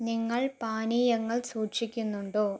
നിങ്ങൾ പാനീയങ്ങൾ സൂക്ഷിക്കുന്നുണ്ടോ